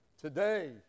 today